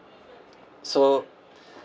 so